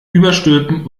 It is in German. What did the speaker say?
überstülpen